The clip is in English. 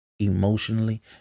Emotionally